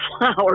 Flowers